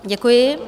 Děkuji.